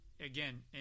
again